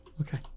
okay